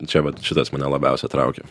čia vat šitas mane labiausia traukia